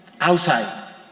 outside